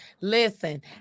Listen